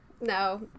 no